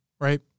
right